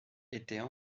étaient